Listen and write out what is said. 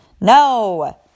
No